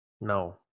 No